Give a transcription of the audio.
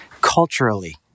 culturally